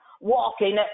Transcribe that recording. walking